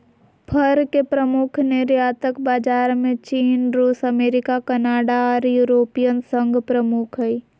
फर के प्रमुख निर्यातक बाजार में चीन, रूस, अमेरिका, कनाडा आर यूरोपियन संघ प्रमुख हई